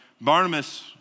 Barnabas